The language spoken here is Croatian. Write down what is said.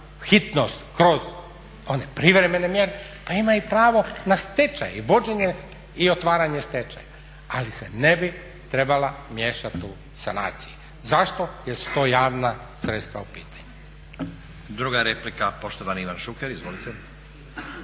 hitnost kroz one privremene mjere, pa ima pravo i na stečaj vođenje i otvaranje stečaja, ali se ne bi trebala miješati u sanacije. Zašto? Jel su tu javna sredstva u pitanju. **Stazić, Nenad (SDP)** Druga replika poštovani Ivan Šuker. Izvolite.